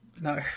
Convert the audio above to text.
no